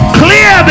clear